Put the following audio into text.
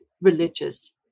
religious